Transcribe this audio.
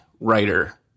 writer